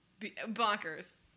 bonkers